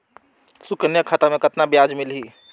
सुकन्या खाता मे कतना ब्याज मिलही?